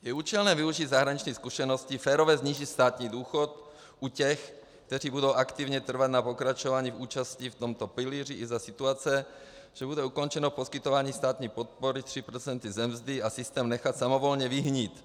Je účelné využít zahraniční zkušenosti, férově snížit státní důchod u těch, kteří budou aktivně trvat na pokračování účasti v tomto pilíři i za situace, že bude ukončeno poskytování státní podpory 3 % ze mzdy, a systém nechat samovolně vyhnít.